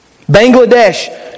Bangladesh